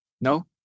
No